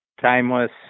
Timeless